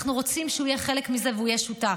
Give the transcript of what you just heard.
אנחנו רוצים שהוא יהיה חלק מזה והוא יהיה שותף.